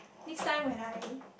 next time when I